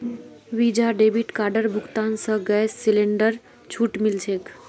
visa debit कार्डेर भुगतान स गैस सिलेंडरत छूट मिल छेक